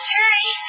Jerry